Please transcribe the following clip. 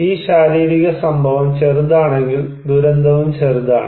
ഈ ശാരീരിക സംഭവം ചെറുതാണെങ്കിൽ ദുരന്തവും ചെറുതാണ്